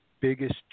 biggest